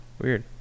Weird